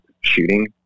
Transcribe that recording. shooting